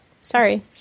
sorry